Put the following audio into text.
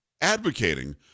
advocating